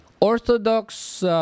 Orthodox